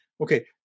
Okay